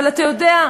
אבל אתה יודע,